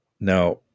Now